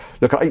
look